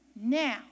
Now